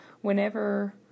whenever